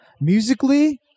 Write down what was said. musically